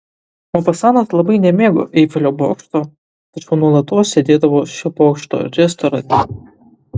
mopasanas labai nemėgo eifelio bokšto tačiau nuolatos sėdėdavo šio bokšto restorane